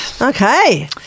Okay